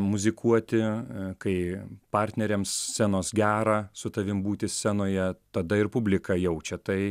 muzikuoti kai partneriams scenos gera su tavim būti scenoje tada ir publika jaučia tai